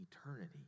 eternity